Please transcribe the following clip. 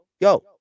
go